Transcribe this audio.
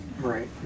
right